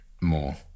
more